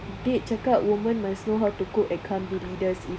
date cakap women must know how to cook and can't be leaders